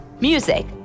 Music